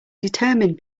determined